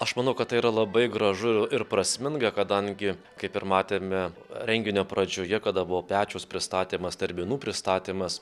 aš manau kad tai yra labai gražu ir prasminga kadangi kaip ir matėme renginio pradžioje kada buvo pečiaus pristatymas terminų pristatymas